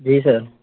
जी sir